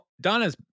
Donna's